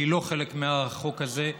שהיא לא חלק מהחוק הזה,